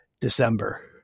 december